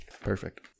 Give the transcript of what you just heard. Perfect